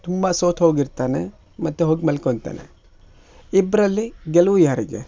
ತುಂಬ ಸೋತು ಹೋಗಿರ್ತಾನೆ ಮತ್ತೆ ಹೋಗಿ ಮಲ್ಕೊತಾನೆ ಇಬ್ಬರಲ್ಲಿ ಗೆಲುವು ಯಾರಿಗೆ